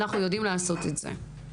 אנחנו יודעים לעשות את זה.